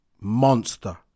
Monster